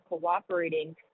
cooperating